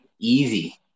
easy